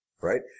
right